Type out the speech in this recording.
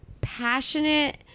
passionate